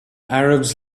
arabs